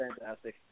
fantastic